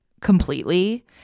completely